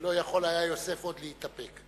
שלא יכול היה יוסף עוד להתאפק.